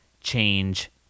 change